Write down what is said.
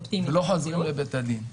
אופטימית למציאות -- ולא חוזרים לבית הדין.